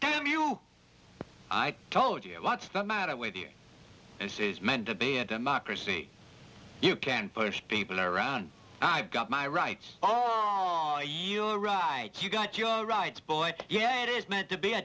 of you i told you what's the matter with you it is meant to be a democracy you can push people around i've got my right you a ride you got your rights boy yeah it is meant to be a